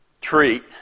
treat